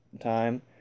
time